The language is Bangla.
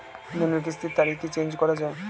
লোনের কিস্তির তারিখ কি চেঞ্জ করা যায়?